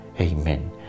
Amen